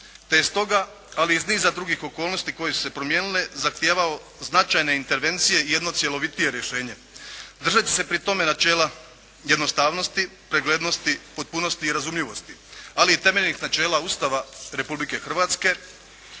je stoga, ali i iz niza drugih okolnosti koje su se promijenile zahtijevao značajne intervencije i jedno cjelovitije rješenje. Držat ću se pri tome načela jednostavnosti, preglednosti, potpunosti i razumljivosti, ali i temeljnih načela ustava Republike Hrvatske